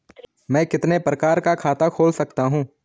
मैं कितने प्रकार का खाता खोल सकता हूँ?